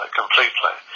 completely